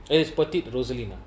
it is petite rosalie mah